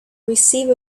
receive